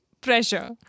pressure